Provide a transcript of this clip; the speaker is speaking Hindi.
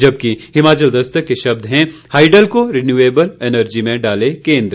जबकि हिमाचल दस्तक के शब्द हैं हाईडल को रिन्यूएबल एनर्जी में डाले केंद्र